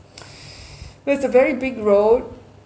it's a very big road